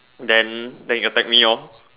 then then it attack me lor